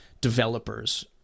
developers